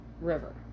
River